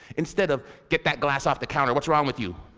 instead of get that glass off the counter, what's wrong with you?